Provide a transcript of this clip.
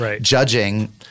judging